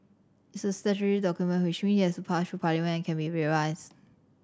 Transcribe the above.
it's a statutory document which means it has to pass through Parliament and can be revised